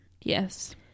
Yes